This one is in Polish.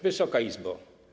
Wysoka Izbo!